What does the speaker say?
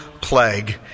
plague